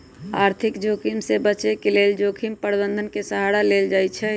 आर्थिक जोखिम से बचे के लेल जोखिम प्रबंधन के सहारा लेल जाइ छइ